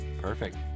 Perfect